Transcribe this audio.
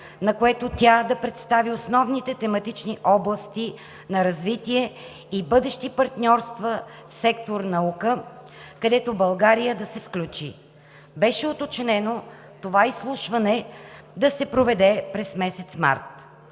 на което тя да представи основните тематични области на развитие и бъдещи партньорства в сектор „Наука“, където България да се включи. Беше уточнено това изслушване да се проведе през месец март.